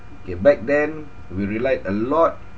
K back then we relied a lot